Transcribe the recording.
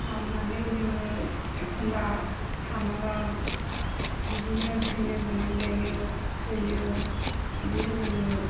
फाहामनानै जोङो एखनबा हामाबा बिदिनो थैनो गोनां जायो थैयो बिदिनो जोङो